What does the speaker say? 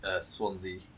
Swansea